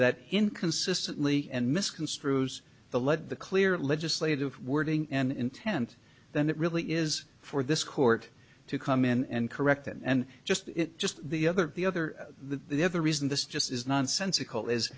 that inconsistently and misconstrues the lead the clear legislative wording and intent then it really is for this court to come in and correct and just it just the other the other the other reason this just is nonsensical is